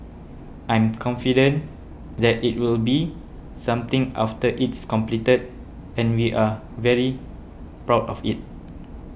I'm confident that it will be something after it's completed and we are very proud of it